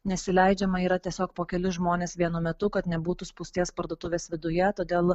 nes įleidžiama yra tiesiog po kelis žmones vienu metu kad nebūtų spūsties parduotuvės viduje todėl